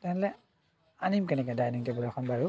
তেনেহ'লে আনিম কেনেকৈ ডাইনিং টেবুল এখন বাৰু